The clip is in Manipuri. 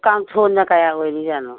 ꯀꯥꯡꯊꯣꯟꯅ ꯀꯌꯥ ꯑꯣꯏꯔꯤꯖꯥꯠꯅꯣ